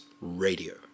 Radio